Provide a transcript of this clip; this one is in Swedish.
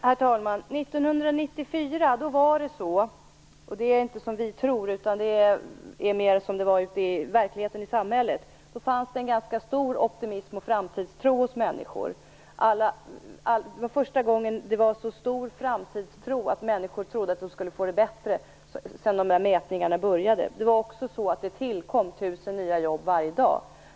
Herr talman! Det är inte som vi tror utan det är verkligheten ute i samhället, men 1994 fanns det en ganska stor optimism och framtidstro hos människor. Det var första gången sedan mätningarna började som framtidstron var så stor att människor trodde att de skulle få det bättre. Det tillkom också 1 000 nya jobb varje dag.